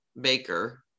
Baker